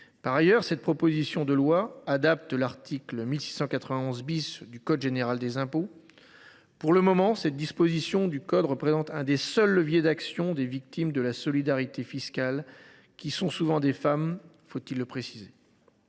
les auteurs de cette proposition de loi adaptent la rédaction de l’article 1691 du code général des impôts. Pour le moment, cette disposition du code représente un des seuls leviers d’action des victimes de la solidarité fiscale, qui sont souvent des femmes, faut il le préciser.